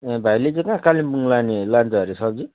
ए भाइले चाहिँ कहाँ कालिम्पोङ लाने लान्छ अरे सब्जी